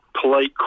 polite